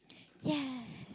ya